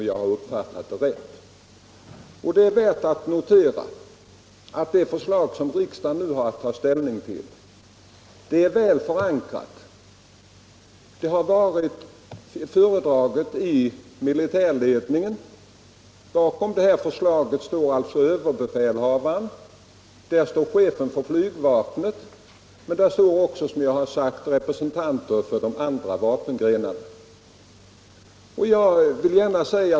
Det är värt att notera att det förslag som riksdagen nu har att ta ställning till är väl förankrat. Det har varit föredraget i militärledningen. Bakom förslaget står alltså överbefälhavaren och chefen för flygvapnet men också representanter för de andra vapengrenarna.